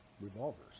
revolvers